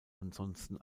ansonsten